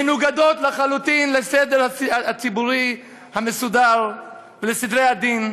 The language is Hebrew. מנוגדות לחלוטין לסדר הציבורי המסודר ולסדרי הדין,